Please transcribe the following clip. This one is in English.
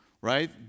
right